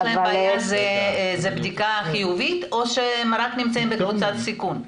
יש להם בעיה זה בדיקה חיובית או שהם רק נמצאים בקבוצת סיכון?